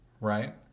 right